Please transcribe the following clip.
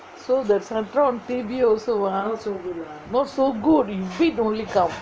so the Setron T_V also ah not so good you beat only come